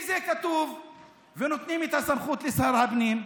אם זה כתוב ונותנים את הסמכות לשר הפנים,